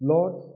Lord